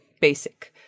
basic